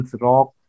rock